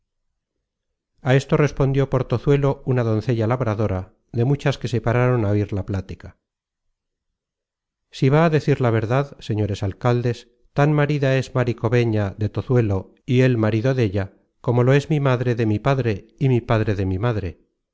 a esto respondió por tozuelo una doncella labradora de muchas que se pararon á oir la plática si va á decir la verdad señores alcaldes tan marida es mari cobeña de tozuelo y él marido della como lo es mi madre de mi padre y mi padre de mi madre